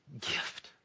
gift